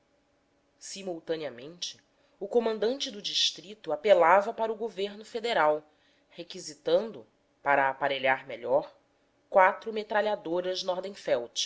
simultaneamente o comandante do distrito apelava para o governo federal requisitando para a aparelhar melhor quatro metralhadoras